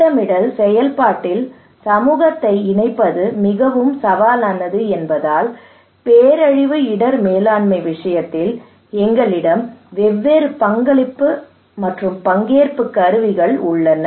திட்டமிடல் செயல்பாட்டில் சமூகத்தை இணைப்பது மிகவும் சவாலானது என்பதால் பேரழிவு இடர் மேலாண்மை விஷயத்தில் எங்களிடம் வெவ்வேறு பங்கேற்பு கருவிகள் உள்ளன